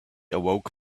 awoke